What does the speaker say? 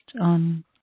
on